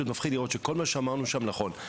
פשוט מפחיד לראות שכל מה שאמרנו שם נכון.